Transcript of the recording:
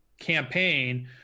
campaign